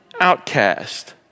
outcast